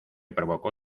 provocó